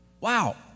Wow